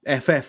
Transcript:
FF